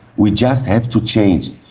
we just have to change.